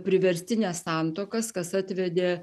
priverstines santuokas kas atvedė